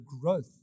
growth